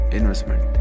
investment